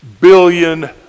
billion